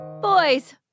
Boys